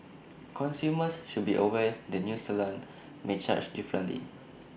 consumers should be aware the new salon may charge differently